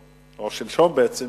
או שלשום בעצם,